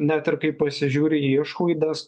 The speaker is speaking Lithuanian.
net ir kai pasižiūri į išlaidas